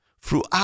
throughout